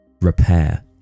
repair